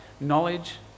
knowledge